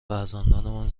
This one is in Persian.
فرزندانمان